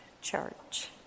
church